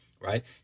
right